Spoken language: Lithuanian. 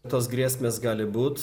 tos grėsmės gali būt